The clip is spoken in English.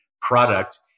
product